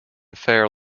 fair